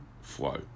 flow